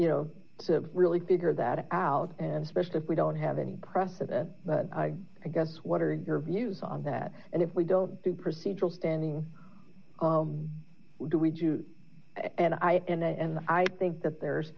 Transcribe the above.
you know to really figure that out and specially if we don't have any precedent but i guess what are your views on that and if we don't do procedural standing what do we do and i and i think that there's